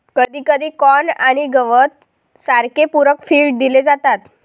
कधीकधी कॉर्न आणि गवत सारखे पूरक फीड दिले जातात